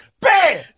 Bam